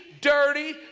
dirty